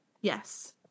Yes